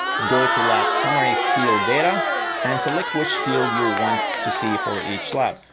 go to lap summary field data and select which field you want to see for each lap.